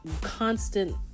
constant